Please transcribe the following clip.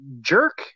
jerk